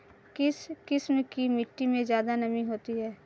किस किस्म की मिटटी में ज़्यादा नमी होती है?